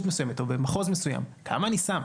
מסוימת או במחוז מסוים כמה אני שם,